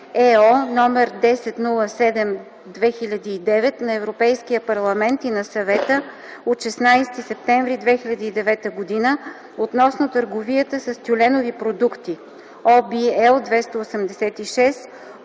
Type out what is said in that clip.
(ЕО) № 1007/2009 на Европейския парламент и на Съвета от 16 септември 2009 г. относно търговията с тюленови продукти (ОВ, L 286